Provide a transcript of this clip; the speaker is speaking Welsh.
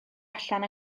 allan